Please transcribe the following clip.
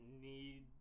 need